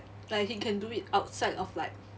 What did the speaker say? like he can do it outside of like